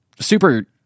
super